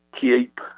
keep